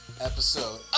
episode